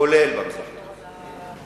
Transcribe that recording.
כולל במזרח התיכון.